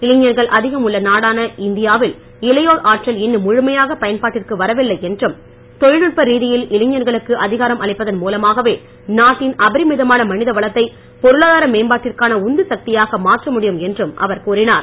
இளைஞர்கள் அதிகம் உள்ள நாடானா இந்தியாவில் இளையோர் ஆற்றல் இன்னும் முழுமையாக பயன்பாட்டிற்கு வரவில்லை என்றும் தொழில்நுட்ப ரீதியில் இளைஞர்களுக்கு அதிகாரம் அளிப்பதன் மூலமாகவே நாட்டின் அபரிமிதமான மனித வளத்தை பொருளாதார மேம்பாட்டிற்கான உந்து சக்தியாக மாற்ற முடியும் என்றும் அவர் கூறினார்